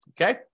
Okay